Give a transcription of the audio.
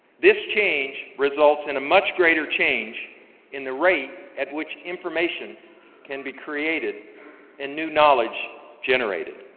this change results in a much greater change in the rate at which information can be created and new knowledge generated.